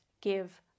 give